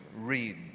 read